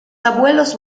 abuelos